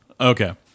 Okay